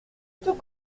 tous